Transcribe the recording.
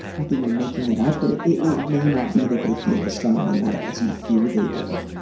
not that you're making it up, but it it may not be that they feel as strongly about it as you fear they do.